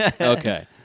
Okay